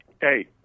Hey